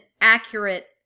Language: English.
accurate